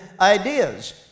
ideas